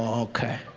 um okay